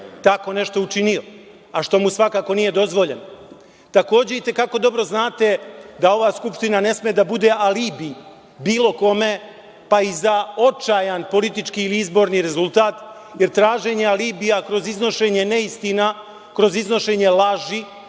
tako nešto učinio, a što mu svakako nije dozvoljeno. Takođe itekako dobro znate da ova Skupština ne sme da bude alibi bilo kome, pa i za očajan politički ili izborni rezultat, jer traženje alibija kroz iznošenje neistina, kroz iznošenje laži,